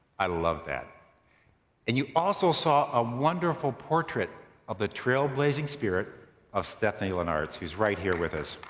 i love that and you also saw a wonderful portrait of the trailblazing spirit of stephanie linnartz's who's right here with us.